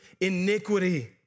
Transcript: iniquity